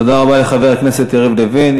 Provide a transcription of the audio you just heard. תודה רבה לחבר הכנסת יריב לוין.